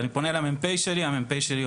אני פונה למ"פ שלי,